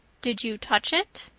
did you touch it?